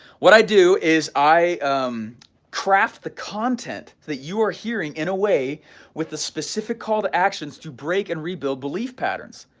what i do is i craft the content that you are hearing in a way with the specific call to actions to break and rebuild belief patterns,